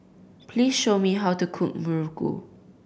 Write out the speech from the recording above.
please show me how to cook muruku